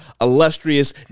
illustrious